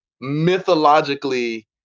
mythologically